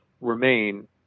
remain